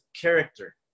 character